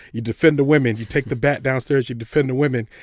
you defend the women. you take the bat downstairs, you defend the women.